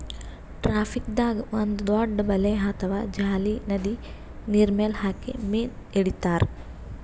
ಟ್ರಾಪಿಂಗ್ದಾಗ್ ಒಂದ್ ದೊಡ್ಡ್ ಬಲೆ ಅಥವಾ ಜಾಲಿ ನದಿ ನೀರ್ಮೆಲ್ ಹಾಕಿ ಮೀನ್ ಹಿಡಿತಾರ್